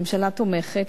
הממשלה תומכת,